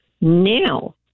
now